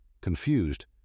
Confused